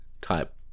type